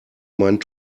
meinen